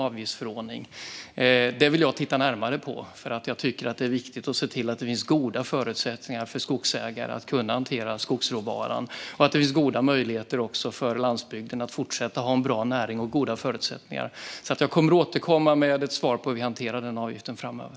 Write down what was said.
Jag vill titta närmare på det. Det är viktigt att se till att det finns goda förutsättningar för skogsägare att hantera skogsråvaran och att det finns goda möjligheter för landsbygden att fortsätta ha en bra näring och goda förutsättningar. Jag kommer alltså att återkomma med ett svar på hur vi ska hantera den avgiften framöver.